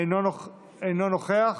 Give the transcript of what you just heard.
אינו נוכח,